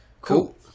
cool